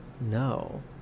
no